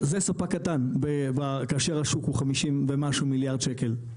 זה ספק קטן כאשר השוק הוא 50 ומשהו מיליארד שקל,